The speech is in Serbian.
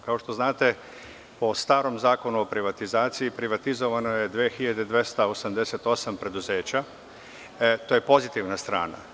Kao što znate, po starom Zakonu o privatizaciji, privatizovano je 2.288 preduzeća, to je pozitivna strana.